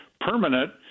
permanent